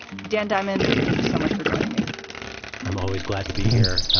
dan diamond, thank you so much for joining me i'm always glad to be here.